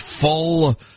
full